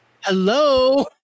hello